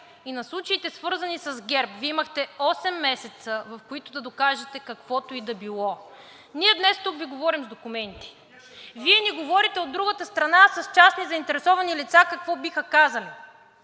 и на случаите, свързани с ГЕРБ. Вие имахте осем месеца, в които да докажете каквото и да било. Ние днес тук Ви говорим с документи. Вие ни говорите от другата страна с частни заинтересовани лица какво биха казали.